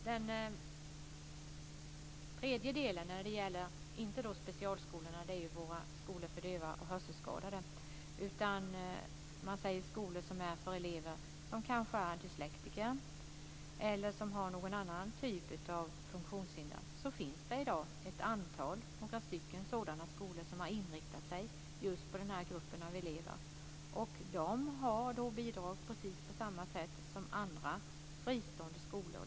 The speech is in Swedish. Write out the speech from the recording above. Den tredje delen - som inte gäller specialskolorna; dessa är skolor för döva och hörselskadade - avser skolor för elever som är dyslektiker eller som har någon annan typ av funktionshinder. Det finns i dag några sådana skolor som har inriktat sig just på den gruppen av elever. De har bidrag precis på samma sätt som andra fristående skolor.